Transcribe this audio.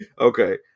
okay